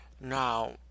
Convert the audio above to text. Now